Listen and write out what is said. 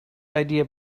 idea